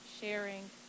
sharing